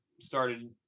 started